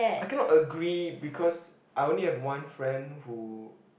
I cannot agree because I only have one friend who